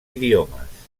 idiomes